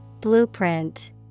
Blueprint